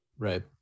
Right